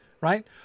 right